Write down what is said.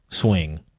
swing